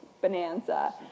Bonanza